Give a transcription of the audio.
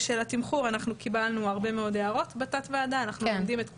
התמחור אנחנו קיבלנו הרבה מאוד הערות בתת ועדה ואנחנו לומדים את כולן.